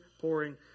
pouring